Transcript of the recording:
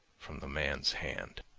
from the man's hand.